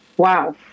Wow